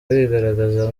bigaragaza